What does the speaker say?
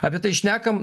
apie tai šnekam